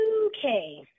okay